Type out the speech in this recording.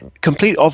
Complete